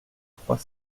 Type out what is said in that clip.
trois